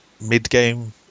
mid-game